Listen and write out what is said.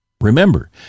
Remember